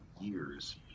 years